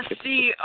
see